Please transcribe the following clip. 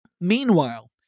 Meanwhile